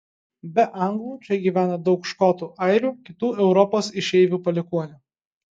be anglų čia gyvena daug škotų airių kitų europos išeivių palikuonių